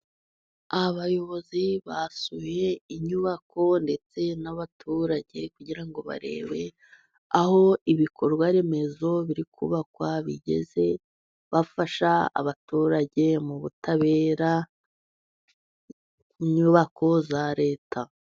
Abayobozi basuye inyubako, ndetse n'abaturage, kugira ngo barebe aho ibikorwaremezo biri kubakwa bigeze, bafasha abaturage mu butabera ku nyubako za Leta.